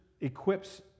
equips